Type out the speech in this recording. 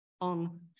on